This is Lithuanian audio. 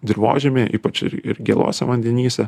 dirvožemyj ypač ir ir gėluose vandenyse